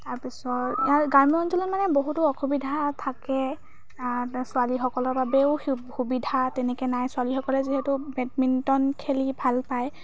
তাৰপিছত ইয়াত গ্ৰাম্য অঞ্চলত মানে বহুতো অসুবিধা থাকে তাৰ ছোৱালীসকলৰ বাবেও খুব সুবিধা তেনেকৈ নাই ছোৱালীসকলে যিহেতু বেডমিণ্টন খেলি ভাল পায়